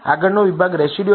આગળનો વિભાગ રેસિડયુઅલ છે